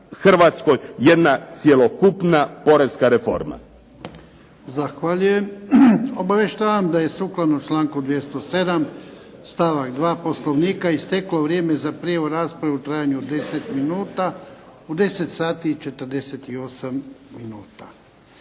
Hrvatskoj jedna cjelokupna poreza reforma.